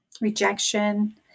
rejection